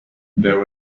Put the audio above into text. there